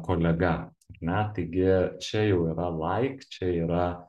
kolega ar ne taigi čia jau yra laik čia yra